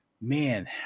man